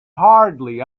hardly